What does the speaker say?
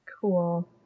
Cool